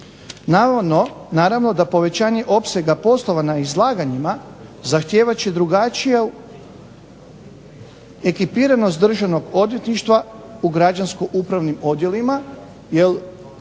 Naravno da povećanje opsega poslova na izlaganjima zahtijevat će drugačiju ekipiranost državnog odvjetništva u građansko-upravnim odjelima jer